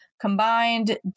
combined